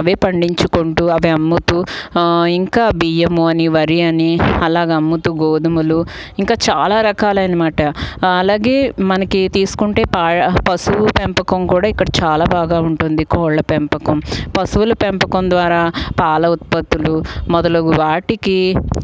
అవే పండించుకుంటూ అవి అమ్ముతూ ఇంకా బియ్యము అని వరి అని అలా అమ్ముతూ గోధుమలు ఇంకా చాలా రకాలైనమాట అలాగే మనకి తీసుకుంటే ప పశువు పెంపకం కూడా ఇక్కడ చాలా బాగా ఉంటుంది కోళ్ల పెంపకం పశువుల పెంపకం ద్వారా పాల ఉత్పత్తులు మొదలగు వాటికి